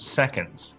seconds